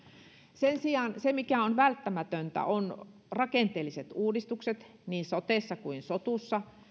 sen sijaan se mikä on välttämätöntä ovat rakenteelliset uudistukset niin sotessa kuin sotussa